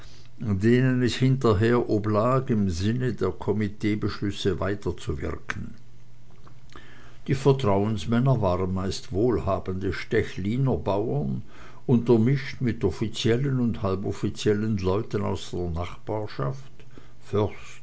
denen es hinterher oblag im sinne der komiteebeschlüsse weiterzuwirken die vertrauensmänner waren meist wohlhabende stechliner bauern untermischt mit offiziellen und halboffiziellen leuten aus der nachbarschaft